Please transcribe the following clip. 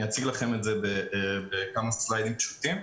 אני אציג לכם את זה בכמה שקפים פשוטים.